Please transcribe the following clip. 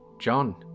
John